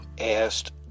asked